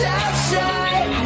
outside